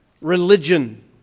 religion